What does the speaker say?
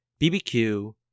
BBQ